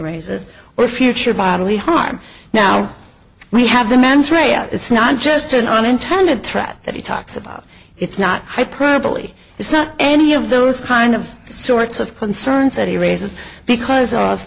raises or future bodily harm now we have the mens rea out it's not just an unintended threat that he talks about it's not hyperbole it's not any of those kind of sorts of concerns that he raises because of